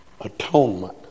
atonement